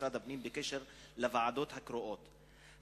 משרד הפנים בקשר לוועדות הקרואות,